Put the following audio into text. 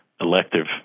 elective